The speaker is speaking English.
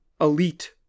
elite